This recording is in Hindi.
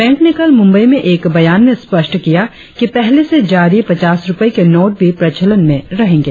बैंक ने कल मुंबई में एक बयान में स्पष्ट किया कि पहले से जारी पचास रुपये के नोट भी प्रचलन में रहेंगे